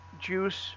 Juice